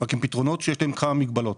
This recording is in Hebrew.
רק הם פתרונות שיש להם כמה מגבלות.